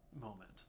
moment